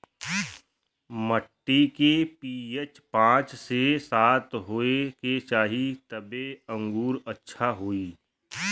मट्टी के पी.एच पाँच से सात होये के चाही तबे अंगूर अच्छा होई